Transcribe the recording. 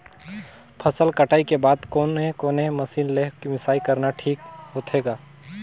फसल कटाई के बाद कोने कोने मशीन ले मिसाई करना ठीक होथे ग?